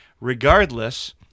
regardless